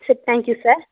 sir thank you sir